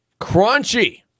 crunchy